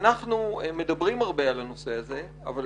אנחנו מדברים הרבה על הנושא הזה אבל